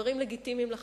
דברים לגיטימיים לחלוטין.